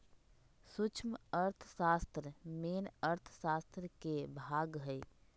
सूक्ष्म अर्थशास्त्र मेन अर्थशास्त्र के भाग हई